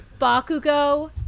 Bakugo